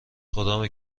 خدامه